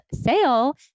sale